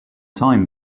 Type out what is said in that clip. time